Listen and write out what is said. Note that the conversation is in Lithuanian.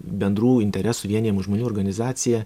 bendrų interesų vienijamų žmonių organizacija